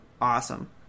awesome